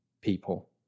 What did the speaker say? people